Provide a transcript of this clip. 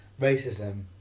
racism